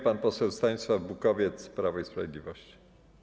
Pan poseł Stanisław Bukowiec, Prawo i Sprawiedliwość.